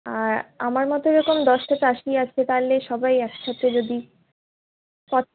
আর আমার মতো এরকম দশটা চাষি আছে তাহলে সবাই একসাথে যদি কত